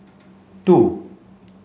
two